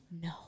no